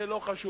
זה לא חשוב.